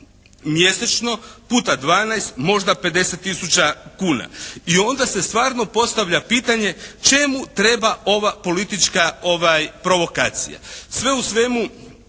Mjesečno puta 12 možda 50 tisuća kuna. I onda se stvarno postavlja pitanje čemu treba ova politička provokacija? Sve u svemu